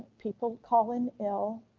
people call in ill,